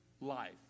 life